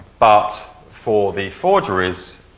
but for the forgeries,